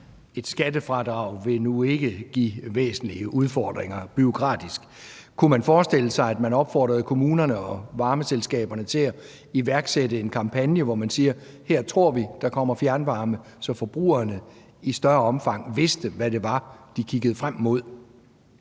Et skattefradrag vil nu ikke give væsentlige udfordringer bureaukratisk set. Kunne man forestille sig, at man opfordrede kommunerne og varmeselskaberne til at iværksætte en kampagne, hvor de siger, at her tror vi, at der kommer fjernvarme, så forbrugerne i større omfang vidste, hvad de kiggede frem mod?